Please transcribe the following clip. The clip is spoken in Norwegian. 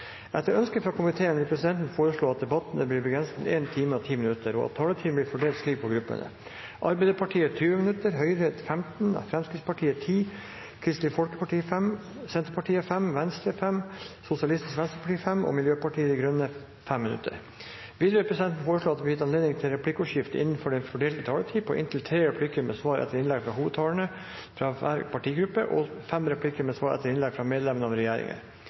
Etter ønske fra arbeids- og sosialkomiteen vil presidenten foreslå at debatten blir begrenset til 1 time og 10 minutter, og at taletiden blir fordelt slik på gruppene: Arbeiderpartiet 20 minutter, Høyre 15 minutter, Fremskrittspartiet 10 minutter, Kristelig Folkeparti 5 minutter, Senterpartiet 5 minutter, Venstre 5 minutter, Sosialistisk Venstreparti 5 minutter og Miljøpartiet De Grønne 5 minutter. Videre vil presidenten foreslå at det blir gitt anledning til replikkordskifte på inntil tre replikker med svar etter innlegg fra hovedtalerne for hver partigruppe og fem replikker med svar etter innlegg fra medlemmer av regjeringen